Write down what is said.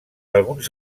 alguns